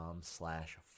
slash